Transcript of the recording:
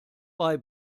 bei